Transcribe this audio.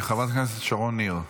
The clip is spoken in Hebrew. חברת הכנסת שרון ניר,